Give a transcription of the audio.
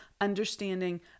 understanding